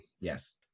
Yes